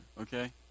okay